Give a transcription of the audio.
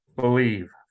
believe